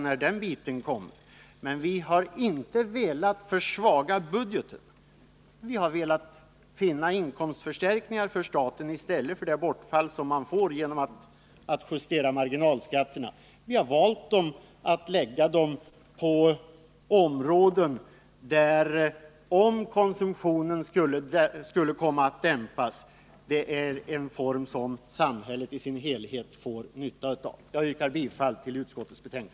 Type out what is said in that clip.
Vi har emellertid inte velat försvaga budgeten utan har försökt finna inkomster för staten i stället för det bortfall som uppkommer genom justeringen av marginalskatterna. Vi har valt att ta ut dessa inkomster på områden där en eventuell dämpning av konsumtionen till följd av skattehöjningen skulle komma samhället till godo. Jag yrkar bifall till vad utskottet hemställt.